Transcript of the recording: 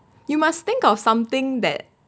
you must think of something that